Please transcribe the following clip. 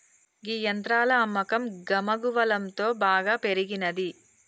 గీ యంత్రాల అమ్మకం గమగువలంతో బాగా పెరిగినంది